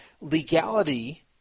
legality